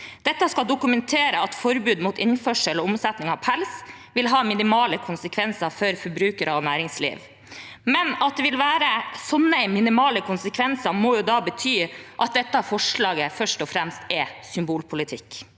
Dette skal dokumentere at forbud mot innførsel og omsetning av pels vil ha minimale konsekvenser for forbrukere og næringsliv, men at det vil være så minimale konsekvenser, må jo da bety at dette forslaget først og fremst er symbolpolitikk.